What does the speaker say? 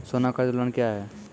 सोना कर्ज लोन क्या हैं?